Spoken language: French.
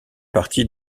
partie